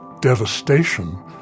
devastation